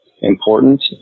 important